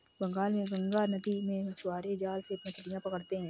बंगाल में गंगा नदी में मछुआरे जाल से मछलियां पकड़ते हैं